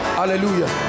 hallelujah